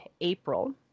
April